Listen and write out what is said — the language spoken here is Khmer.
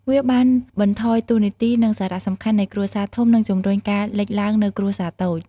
វាបានបន្ថយតួនាទី និងសារៈសំខាន់នៃគ្រួសារធំ និងជំរុញការលេចឡើងនូវគ្រួសារតូច។